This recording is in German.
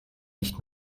nicht